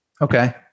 Okay